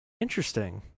Interesting